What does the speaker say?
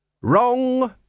Wrong